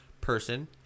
person